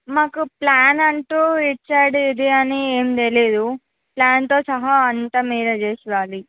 మాకు ప్లాన్ అంటూ ఇటు సైడు ఇది అని ఏం తెలియదు ప్లాన్తో సహా అంతా మీరే చేసి ఇవ్వాలి